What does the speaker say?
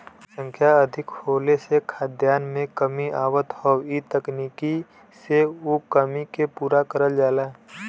जनसंख्या अधिक होले से खाद्यान में कमी आवत हौ इ तकनीकी से उ कमी के पूरा करल जाला